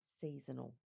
seasonal